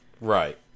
Right